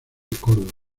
córdoba